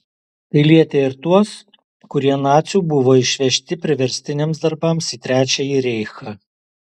tai lietė ir tuos kurie nacių buvo išvežti priverstiniams darbams į trečiąjį reichą